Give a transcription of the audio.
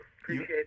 Appreciate